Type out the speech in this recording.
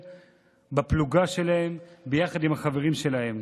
בפלוגה שלהם ביחד עם החברים שלהם.